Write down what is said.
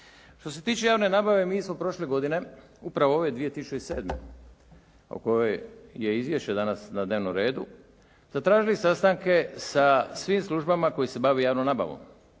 Što se tiče javne nabave mi smo prošle godine, upravo ove 2007. o kojoj je izvješće danas na dnevnom redu, zatražili sastanke sa svim službama koje se bave javnom nabavom,